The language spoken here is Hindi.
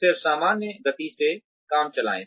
फिर सामान्य गति से काम चलाएँ